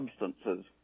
substances